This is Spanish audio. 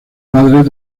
padres